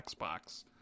Xbox